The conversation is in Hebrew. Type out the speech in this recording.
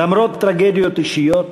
למרות טרגדיות אישיות,